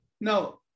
Now